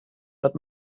but